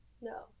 No